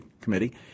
Committee